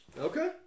okay